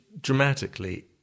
dramatically